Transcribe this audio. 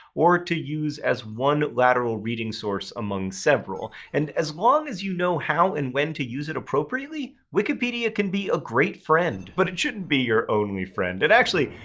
or to use as one lateral reading source among several. and as long as you know how and when to use it appropriately, wikipedia can be a great friend. but it shouldn't be your only friend. and actually,